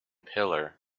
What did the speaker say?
pillar